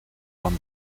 juan